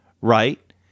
right